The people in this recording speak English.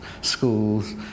schools